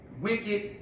wicked